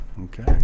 Okay